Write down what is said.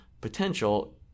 potential